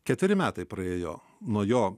ketveri metai praėjo nuo jo